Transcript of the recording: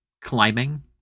climbing